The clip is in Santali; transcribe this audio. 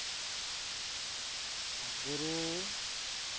ᱜᱩᱨᱩ